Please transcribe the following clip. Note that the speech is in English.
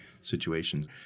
situations